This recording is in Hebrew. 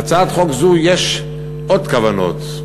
להצעת חוק זו יש עוד כוונות,